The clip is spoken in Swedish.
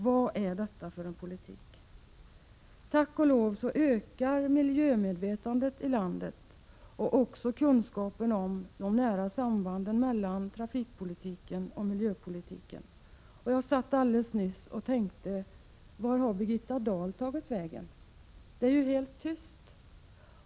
Vad är detta för politik? Tack och lov ökar miljömedvetandet i landet och också kunskapen om de nära sambanden mellan trafikpolitiken och miljöpolitiken. Jag satt alldeles nyss och tänkte: Vart har Birgitta Dahl tagit vägen? Hon är helt tyst.